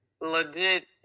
legit